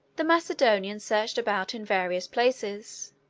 the macedonians searched about in various places,